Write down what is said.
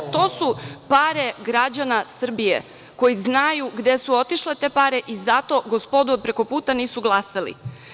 To su pare građana Srbije koji znaju gde su otišle te pare i zato gospodu od preko puta nisu glasali.